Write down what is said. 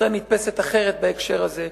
ישראל נתפסת אחרת בהקשר הזה.